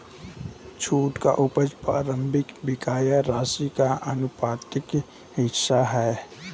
छूट की उपज प्रारंभिक बकाया राशि का आनुपातिक हिस्सा है